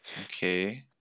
Okay